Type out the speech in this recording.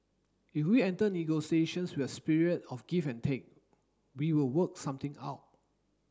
if we enter negotiations with a spirit of give and take we will work something out